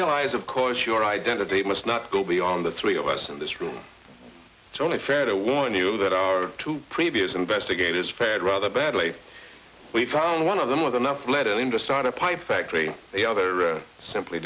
realize of course your identity must not go beyond the three of us in this room it's only fair to warn you that two previous investigators fared rather badly we found one of them with enough lead to start a pipe factory the other simply